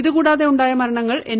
ഇത് കൂടാതെ ഉണ്ടായ മരണങ്ങൾ എൻ